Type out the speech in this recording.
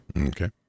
Okay